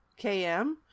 km